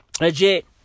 Legit